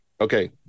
Okay